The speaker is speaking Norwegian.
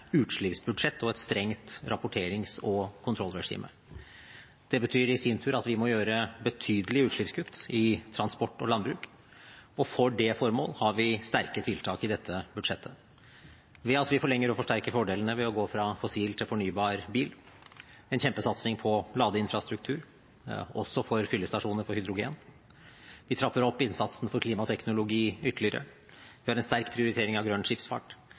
utslippsbudsjett og et strengt rapporterings- og kontrollregime. Det betyr i sin tur at vi må gjøre betydelige utslippskutt i transport og landbruk. For det formål har vi sterke tiltak i dette budsjettet ved at vi forlenger og forsterker fordelene ved å gå fra fossilt til fornybart drivstoff for bil. Vi har en kjempesatsing på ladeinfrastruktur, også for fyllestasjoner for hydrogen. Vi trapper opp innsatsen for klimateknologi ytterligere. Vi har en sterk prioritering av grønn skipsfart.